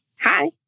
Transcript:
hi